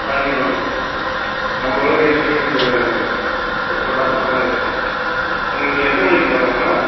கண்டிப்பாக மேடம் நம்ம கடை டேஸ்ட் என்றைக்கும் குறையாது மேடம் எப்பவும் சாப்பிட்ற போல இருக்கும் உங்களுக்கு எத்தனை மணிக்கு மேடம் வேணும்